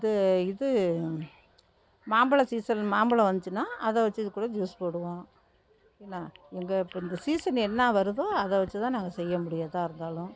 வந்து இது மாம்பழம் சீஸன் மாம்பழம் வந்துச்சுன்னா அதை வச்சு கூட ஜூஸ் போடுவோம் என்ன எங்கள் இப்போ இந்த சீஸன் என்ன வருதோ அதை வச்சு தான் நாங்கள் செய்ய முடியும் எதாக இருந்தாலும்